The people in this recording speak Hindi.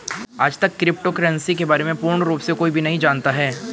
आजतक क्रिप्टो करन्सी के बारे में पूर्ण रूप से कोई भी नहीं जानता है